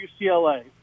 UCLA